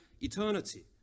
eternity